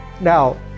Now